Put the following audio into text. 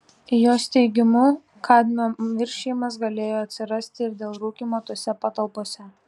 jos teigimu kadmio viršijimas galėjo atsirasti ir dėl rūkymo tose patalpose